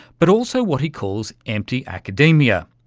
but also what he calls empty academia,